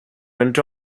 went